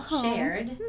shared